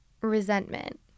resentment